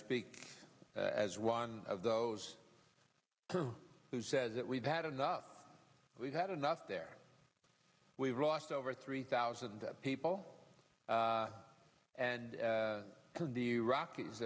speak as one of those who says that we've had enough we've had enough there we've lost over three thousand people and the rockies